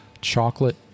chocolate